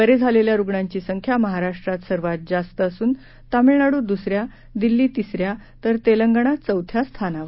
बरे झालेल्या रुग्णांची संख्या महाराष्ट्रात सर्वात जास्त असून तामिळनाडू दुसऱ्या दिल्ली तिसऱ्या तर तेलंगणा चौथ्या स्थानावर आहेत